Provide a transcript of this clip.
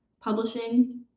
publishing